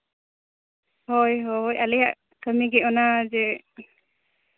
ᱦᱳᱭ ᱦᱳᱭ ᱟᱞᱮᱭᱟᱜ ᱠᱟᱹᱢᱤ ᱜᱮ ᱚᱱᱟ ᱜᱮ